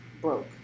broke